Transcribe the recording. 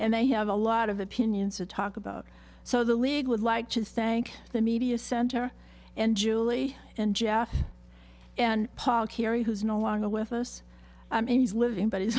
and they have a lot of opinions to talk about so the league would like to thank the media center and julie and jeff and paul kerry who's no longer with us i mean he's living but it's